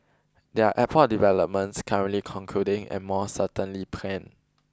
there are airport developments currently concluding and more certainly planned